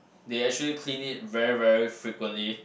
they actually clean it very very frequently